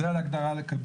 זה על הגדרה על הכיבוש.